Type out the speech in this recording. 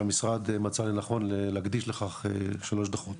שהמשרד מצא לנכון להקדיש לכך 3 דו"חות.